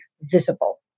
visible